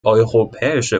europäische